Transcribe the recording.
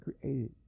created